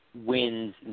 wins